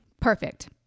Perfect